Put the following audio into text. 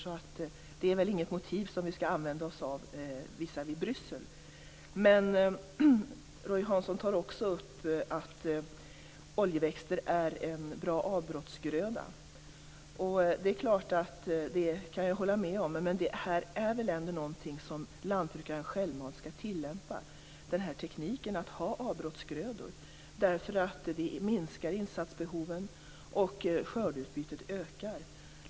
Därför skall vi väl inte använda oss av det motivet visavi Bryssel. Roy Hansson säger också att oljeväxter är en bra avbrottsgröda. Det kan jag hålla med om, men tekniken med att ha avbrottsgrödor skall väl lantbrukaren självmant tillämpa ändå. Det minskar ju insatsbehoven, och skördeutbytet ökar.